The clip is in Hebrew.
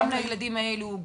גם לילדים האלו,